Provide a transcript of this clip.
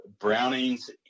brownings